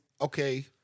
Okay